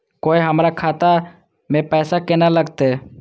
कोय हमरा खाता में पैसा केना लगते?